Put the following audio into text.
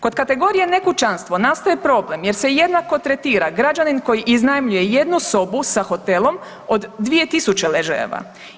Kod kategorije nekućanstvo nastaje problem jer se jednako tretira građanin koji iznajmljuje jednu sobu sa hotelom od 2 tisuće ležajeva.